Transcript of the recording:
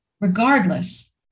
regardless